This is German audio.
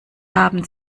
haben